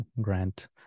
grant